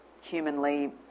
humanly